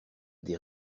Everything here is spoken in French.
des